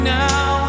now